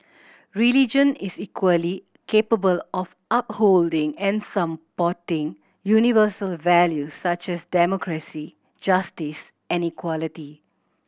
religion is equally capable of upholding and supporting universal values such as democracy justice and equality